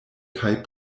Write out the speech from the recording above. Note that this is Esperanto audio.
kaj